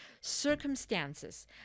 circumstances